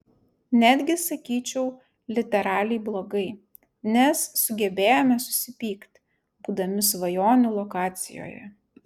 netgi sakyčiau literaliai blogai nes sugebėjome susipykt būdami svajonių lokacijoje